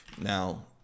Now